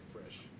fresh